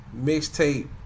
mixtape